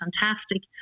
fantastic